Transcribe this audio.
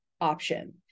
option